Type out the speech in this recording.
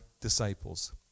disciples